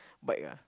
bike ah